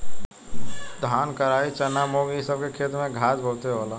धान, कराई, चना, मुंग इ सब के खेत में घास बहुते होला